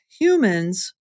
humans